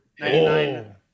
99